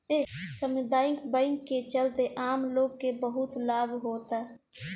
सामुदायिक बैंक के चलते आम लोग के बहुत लाभ होता